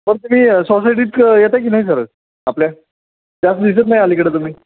पण तुम्ही सोसायटीत येता की नाही सर आपल्या जास्त दिसत नाही अलीकडं तुम्ही